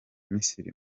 misiri